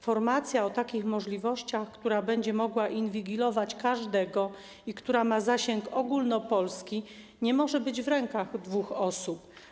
Formacja o takich możliwościach, która będzie mogła inwigilować każdego i która ma ogólnopolski zasięg, nie może być w rękach dwóch osób.